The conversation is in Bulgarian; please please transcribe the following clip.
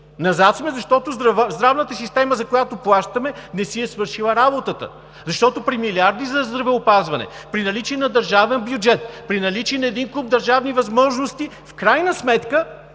назад сме, защото здравната система, за която плащаме, не си е свършила работата. Защото при милиарди за здравеопазване, при наличие на държавен бюджет, при наличие на един куп държавни възможности, в крайна сметка